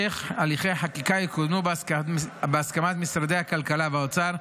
לכך שהמשך הליכי החקיקה יקודמו בהסכמת משרדי הכלכלה והאוצר.